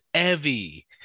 Evie